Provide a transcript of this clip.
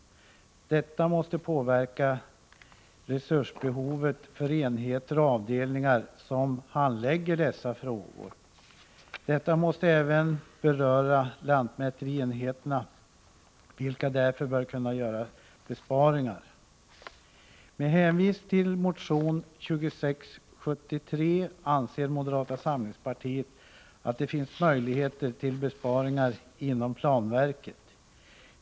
Detta måste påverka resursbehovet för enheter och avdelningar som handlägger dessa frågor. Detta måste även beröra lantmäterienheterna, vilka därför bör kunna göra besparingar. Med hänvisning till motion 2673 anser moderata samlingspartiet att det finns möjligheter till besparingar inom planverket.